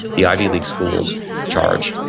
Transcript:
the ivy league schools charge,